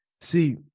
See